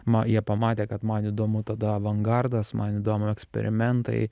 ma jie pamatė kad man įdomu tada avangardas man įdomu eksperimentai